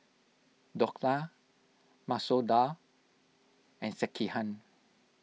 Dhokla Masoor Dal and Sekihan